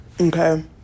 Okay